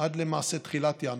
עד לתחילת ינואר.